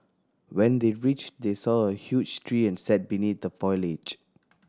when they reached they saw a huge tree and sat beneath the foliage